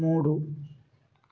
మూడు